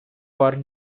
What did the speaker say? war